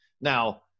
Now